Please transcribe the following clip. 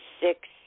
six